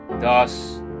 thus